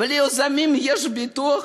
להיות פופוליסטית,